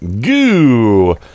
goo